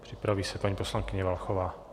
Připraví se paní poslankyně Valachová.